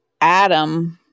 Adam